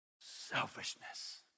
selfishness